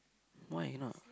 why not